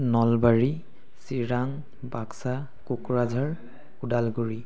Nalbari Chirang Baksa Kokrajhar Udalguri